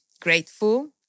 grateful